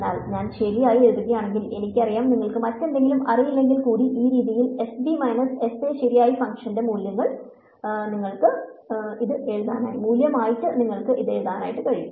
അതിനാൽ ഞാൻ ശരിയായി എഴുതുകയാണെങ്കിൽ എനിക്കറിയാം നിങ്ങൾക്ക് മറ്റെന്തെങ്കിലും അറിയില്ലെങ്കിൽ ഈ രീതിയിൽ fb മൈനസ് fa ശരിയായി ഫംഗ്ഷന്റെ മൂല്യമായി നിങ്ങൾ ഇത് എഴുതുക